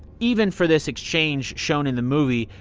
even for this exchange shown in the movie,